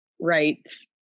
rights